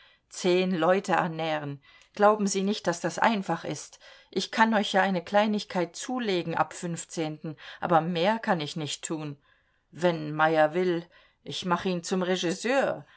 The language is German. zehn leute ernähren glauben sie nicht daß das einfach ist ich kann euch ja eine kleinigkeit zulegen ab fünfzehnten aber mehr kann ich nicht tun wenn meyer will ich mach ihn zum regisseur